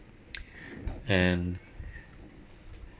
and